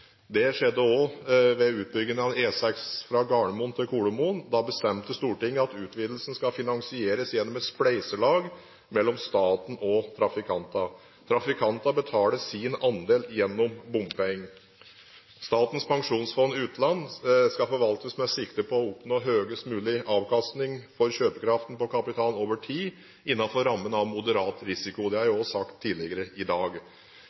Det skjedde òg ved utbygginen av E6 fra Gardermoen til Kolomoen. Da bestemte Stortinget at utvidelsen skal finansieres gjennom et spleiselag mellom staten og trafikantene. Trafikantene betaler sin andel gjennom bompenger. Statens pensjonsfond utland skal forvaltes med sikte på å oppnå høyest mulig avkastning for kjøpekraften på kapital over tid, innenfor rammen av en moderat risiko. Det har jeg òg sagt tidligere i dag.